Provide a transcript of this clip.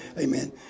Amen